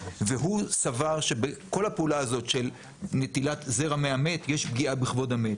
והוא סבר שבכל הפעולה הזאת של נטילת זרע מהמת יש פגיעה בכבוד המת.